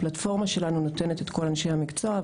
הפלטפורמה שלנו נותנת את כל אנשי המקצוע,